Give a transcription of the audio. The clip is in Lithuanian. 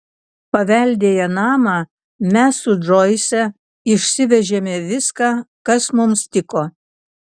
paveldėję namą mes su džoise išsivežėme viską kas mums tiko